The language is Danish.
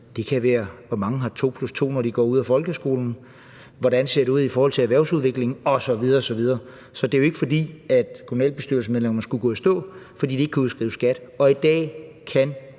Det kan være at se på, hvor mange der har karakteren 2, når de går ud af folkeskolen, og hvordan det ser ud i forhold til erhvervsudviklingen osv. osv. Så det er jo ikke, fordi kommunalbestyrelsesmedlemmer ville gå i stå, fordi de ikke kunne udskrive skat. Og i dag kan